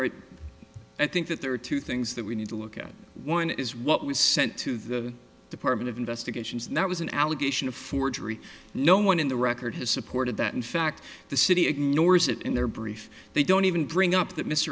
honor i think that there are two things that we need to look at one is what was sent to the department of investigations and that was an allegation of forgery no one in the record has supported that in fact the city ignores it in their brief they don't even bring up that m